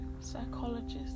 psychologist